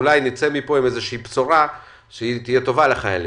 אולי נצא מפה עם איזו שהיא בשורה שתהיה טובה לחיילים.